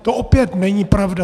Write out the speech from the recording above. To opět není pravda.